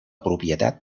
propietat